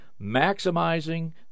maximizing